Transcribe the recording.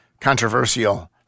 controversial –